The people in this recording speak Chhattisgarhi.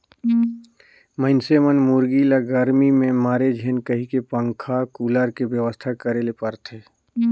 मइनसे मन मुरगी ल गरमी में मरे झेन कहिके पंखा, कुलर के बेवस्था करे ले परथे